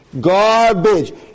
Garbage